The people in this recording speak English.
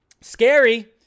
Scary